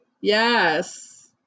Yes